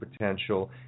potential